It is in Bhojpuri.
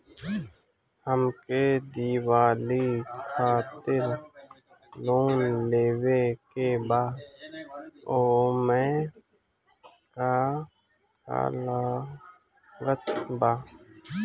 हमके दिवाली खातिर लोन लेवे के बा ओमे का का लागत बा?